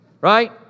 right